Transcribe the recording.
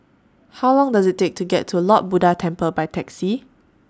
How Long Does IT Take to get to Lord Buddha Temple By Taxi